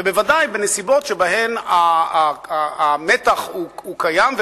וודאי בנסיבות שבהן המתח קיים,